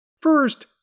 First